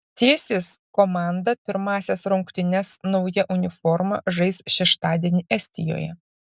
cėsis komanda pirmąsias rungtynes nauja uniforma žais šeštadienį estijoje